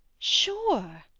sure